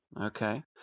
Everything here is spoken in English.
okay